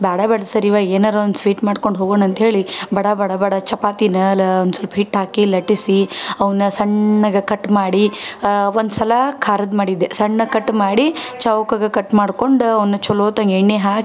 ಬ್ಯಾಡ ಬ್ಯಾಡ ಸರಿವ ಏನಾದ್ರೂ ಒಂದು ಸ್ವೀಟ್ ಮಾಡ್ಕೊಂಡು ಹೋಗೋಣ ಅಂಥೇಳಿ ಬಡ ಬಡ ಬಡ ಚಪಾತಿ ನಲ ಒಂದು ಸ್ವಲ್ಪ ಹಿಟ್ಟು ಹಾಕಿ ಲಟ್ಟಿಸಿ ಅವನ ಸಣ್ಣಗೆ ಕಟ್ ಮಾಡಿ ಒಂದ್ಸಲ ಖಾರದ ಮಾಡಿದ್ದೆ ಸಣ್ಣಗೆ ಕಟ್ ಮಾಡಿ ಚೌಕಗೆ ಕಟ್ ಮಾಡ್ಕೊಂಡು ಅವ್ನ ಛಲೋವತ್ನಾಗ ಎಣ್ಣೆ ಹಾಕಿ